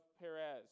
Perez